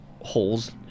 holes